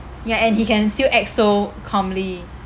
ya and he can still act so calmly